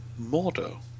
Mordo